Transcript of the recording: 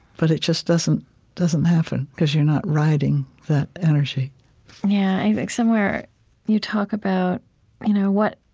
but it just doesn't doesn't happen because you're not riding that energy yeah. i think somewhere you talk about you know what